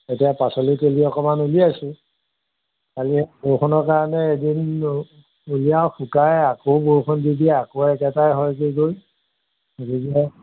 এতিয়া পাচলি তেলী অকনমান উলিয়াইছোঁ কালি বৰষুণৰ কাৰণে এদিন উলিয়াওঁ শুকাই আকৌ বৰষুণ দি দিয়ে আকৌ একেটাই হয়গৈ গৈ গতিকে